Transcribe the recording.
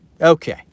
Okay